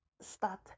start